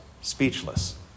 speechless